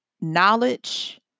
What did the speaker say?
knowledge